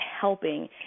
helping